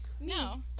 No